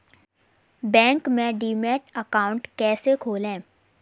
Bank में demat account कैसे खोलें?